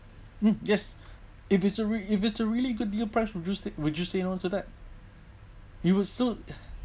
um yes if it's a re~ if it's a really good steal price would you stick would you say no to that he would still